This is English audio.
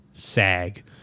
sag